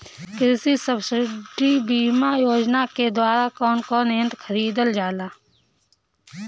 कृषि सब्सिडी बीमा योजना के द्वारा कौन कौन यंत्र खरीदल जाला?